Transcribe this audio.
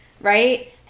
right